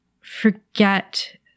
forget